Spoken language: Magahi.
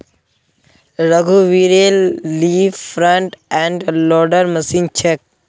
रघुवीरेल ली फ्रंट एंड लोडर मशीन छेक